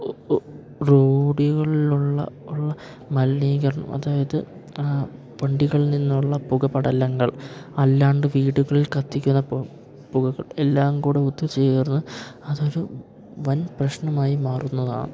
റോഡുകളിലുള്ള ഉള്ള മലിനീകരണം അതായത് വണ്ടികൾ നിന്നുള്ള പുക പടലങ്ങൾ അല്ലാണ്ട് വീടുകളിൽ കത്തിക്കുന്ന പുകകൾ എല്ലാം കൂടെ ഒത്തിച്ചേർന്ന് അതൊരു വൻ പ്രശ്നമായി മാറുന്നതാണ്